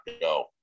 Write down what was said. go